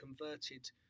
converted